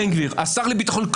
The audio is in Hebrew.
היושב-ראש --- מי במקומו --- (קריאות) (חברת